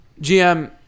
GM